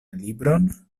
libron